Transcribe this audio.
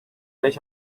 beş